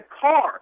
car